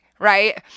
Right